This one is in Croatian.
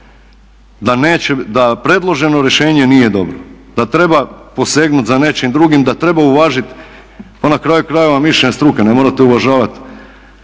da predloženo rješenje nije dobro, da treba posegnuti za nečim drugim, da treba uvažiti pa na kraju krajeva mišljenje struke, ne morate uvažavati.